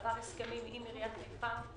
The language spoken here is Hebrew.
שעבר הסכמים עם עיריית חיפה,